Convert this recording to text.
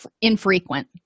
infrequent